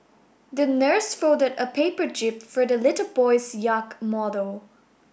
the nurse folded a paper jib for the little boy's yacht model